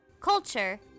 culture